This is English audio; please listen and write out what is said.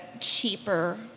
cheaper